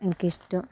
എനിക്ക് ഇഷ്ട്ടം